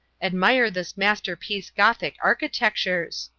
admire this master piece gothic architecture's.